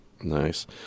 Nice